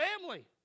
family